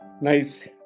Nice